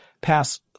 pass